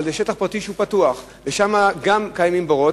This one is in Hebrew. זה שטח פרטי שהוא פתוח, וגם שם קיימים בורות.